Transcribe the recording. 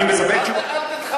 אני מספק תשובות.